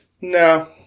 No